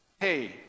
hey